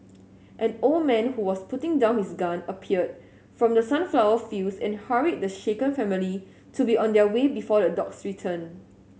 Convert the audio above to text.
an old man who was putting down his gun appeared from the sunflower fields and hurried the shaken family to be on their way before the dogs return